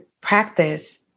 practice